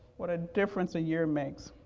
what a difference a year makes,